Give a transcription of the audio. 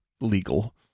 legal